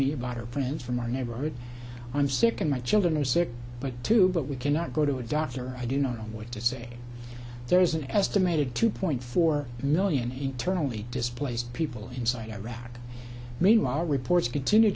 lot of friends from our neighborhood i'm sick and my children are sick but too but we cannot go to a doctor i do know what to say there is an estimated two point four million internally displaced people inside iraq meanwhile reports continue